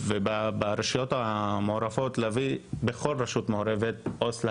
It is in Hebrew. אבל אני רוצה להתחיל מלשתף באיזו שהיא חוויה אישית שלי כחוקרת,